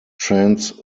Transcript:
trans